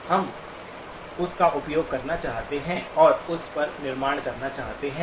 हम उस का उपयोग करना चाहते हैं और उस पर निर्माण करना चाहते हैं